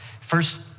First